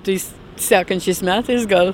tais sekančiais metais gal